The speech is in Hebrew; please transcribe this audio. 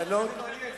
לדיור הציבורי.